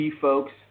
folks